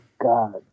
God